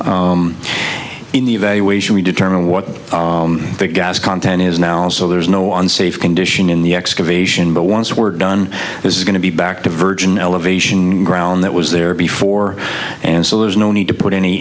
in the evaluation we determine what the gas content is now so there's no unsafe condition in the excavation but once we're done it's going to be back to virgin elevation ground that was there before and so there's no need to put any